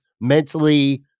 mentally